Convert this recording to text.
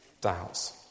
doubts